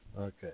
Okay